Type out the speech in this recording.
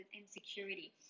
insecurity